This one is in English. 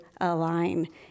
align